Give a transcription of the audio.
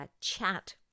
chat